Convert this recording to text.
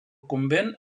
convent